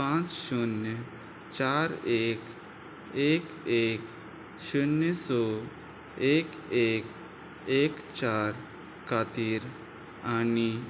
पांच शुन्य चार एक एक शुन्य स एक एक चार खातीर आनी